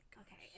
Okay